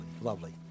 Lovely